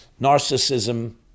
narcissism